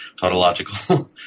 tautological